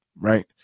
right